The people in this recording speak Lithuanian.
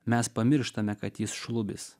mes pamirštame kad jis šlubis